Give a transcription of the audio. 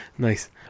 Nice